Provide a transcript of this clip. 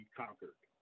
conquered